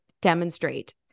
demonstrate